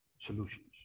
solutions